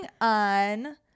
on